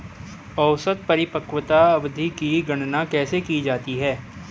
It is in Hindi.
औसत परिपक्वता अवधि की गणना कैसे की जाती है?